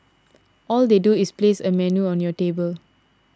all they do is place a menu on your table